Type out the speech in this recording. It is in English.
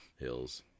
hills